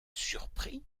surpris